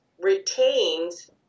retains